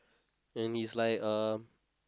and he's like uh